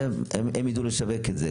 הם ידעו לשווק את זה.